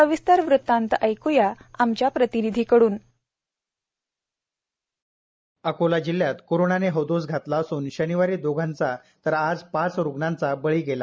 सविस्तर वृत्तांत ऐक्या आमच्या प्रतिनिधींकडून अकोला जिल्ह्यात कोरोनाने हौदोस घातला असून शनिवारी दोघांचा तर आज पाच रुग्णांचा बळी गेला